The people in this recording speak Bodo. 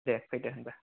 दे फैदो होनबा